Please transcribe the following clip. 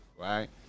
right